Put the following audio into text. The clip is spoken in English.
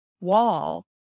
wall